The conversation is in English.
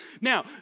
Now